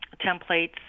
templates